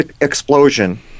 explosion